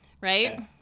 right